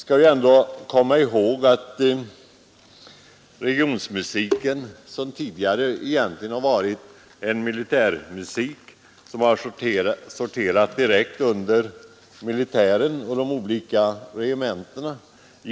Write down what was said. Vi skall komma ihåg att regionmusiken tidigare var militärmusik, som sorterade direkt under militären vid de olika regementena.